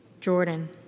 Jordan